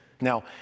Now